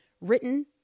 written